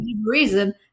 reason